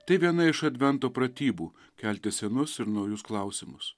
tai viena iš advento pratybų kelti senus ir naujus klausimus